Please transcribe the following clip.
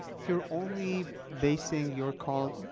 if you're only basing your call ah,